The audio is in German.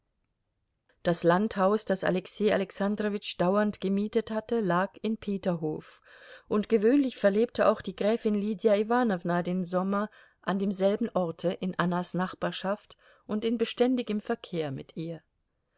das landhaus das alexei alexandrowitsch dauernd gemietet hatte lag in peterhof und gewöhnlich verlebte auch die gräfin lydia iwanowna den sommer an demselben orte in annas nachbarschaft und in beständigem verkehr mit ihr